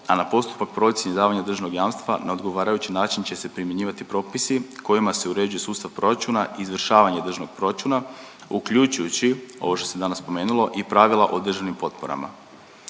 a na postupak procjene davanja državnog jamstva na odgovarajući način će se primjenjivati propisi kojima se uređuje sustav proračuna i izvršavanje državnog proračuna uključujući ovo što se danas spomenula i pravila o državnim potporama.